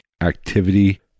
activity